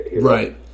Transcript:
Right